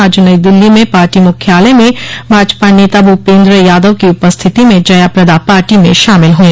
आज नई दिल्ली में पार्टी मुख्यालय में भाजपा नेता भूपन्द्र यादव की उपस्थिति में जया प्रदा पार्टी में शामिल हुई